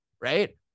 Right